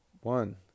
one